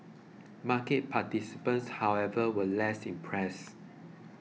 market participants however were less impressed